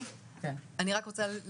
אני מקווה שזה מה ששמעתי,